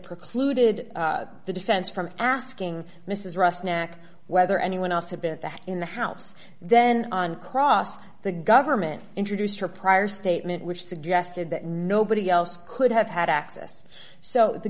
precluded the defense from asking mrs rusk whether anyone else had been in the house then on cross the government introduced her prior statement which suggested that nobody else could have had access so the